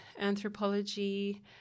anthropology